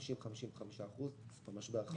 50% 55% במשבר האחרון.